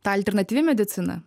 ta alternatyvi medicina